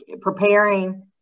preparing